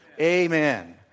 Amen